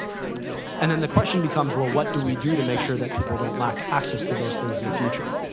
and then the question becomes, well, what do we do to make sure that people don't lack access to those things in the future.